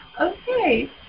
Okay